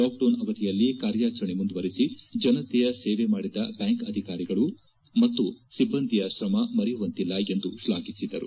lockdown ಅವಧಿಯಲ್ಲಿ ಕಾರ್ಯಾಚರಣೆ ಮುಂದುವರಿಸಿ ಜನತೆಯ ಸೇವೆ ಮಾಡಿದ ಬ್ಯಾಂಕ್ ಅಧಿಕಾರಿಗಳು ಮತ್ತು ಸಿಬ್ಬಂದಿಯ ಶ್ರಮ ಮರೆಯುವಂತಿಲ್ಲ ಎಂದು ಶ್ಲಾಘಿಸಿದರು